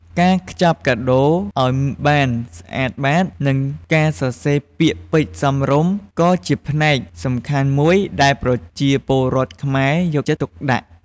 ការខ្ចប់កាដូរឱ្យបានស្អាតបាត និងការសរសេរពាក្យពេចន៍សមរម្យ ក៏ជាផ្នែកសំខាន់មួយដែលប្រជាពលរដ្ឋខ្មែរយកចិត្តទុកដាក់។